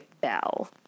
Bell